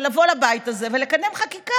ולבוא לבית הזה ולקדם חקיקה,